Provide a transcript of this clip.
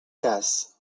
cas